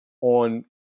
on